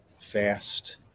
fast